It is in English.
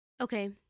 Okay